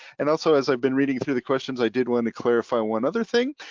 and also, as i've been reading through the questions, i did wanna clarify one other thing.